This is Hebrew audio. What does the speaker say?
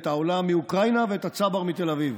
את העולה מאוקראינה ואת הצבר מתל אביב.